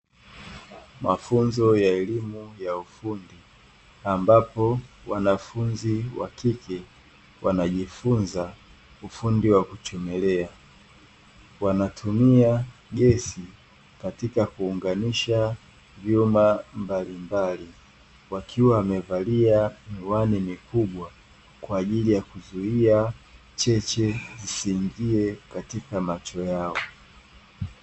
Mafunzo ya elimu ya ufundi ambapo wanafunzi wa kike, wanajifunza ufundi wa kuchomelea, wanatumia gesi katika kuunganisha vyuma mbalimbali wakiwa wamevalia miwani mikubwa kwa ajili ya kuzuia cheche zisiingie katika macho yao.